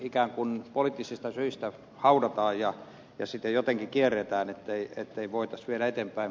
ikään kuin poliittista syistä haudataan ja sitä jotenkin kierretään ettei voitaisi viedä eteenpäin